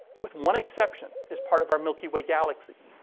with one exception, is part of our milky way galaxy.